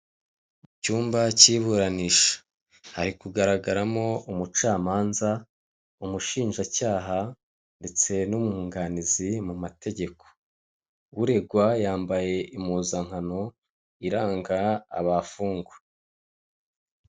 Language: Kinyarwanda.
Mu cyumba cy'iburanisha, hari kugaragaramo umucamanza, umushinjacyaha ndetse n'umwunganizi mu mategeko. Uregwa yambaye impuzankano iranga abafungwa.